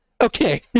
okay